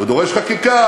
הוא דורש חקיקה,